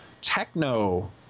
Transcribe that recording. techno